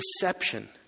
deception